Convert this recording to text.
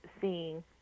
seeing